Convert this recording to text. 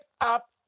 up